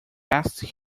asked